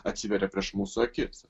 atsiveria prieš mūsų akis